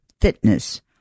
fitness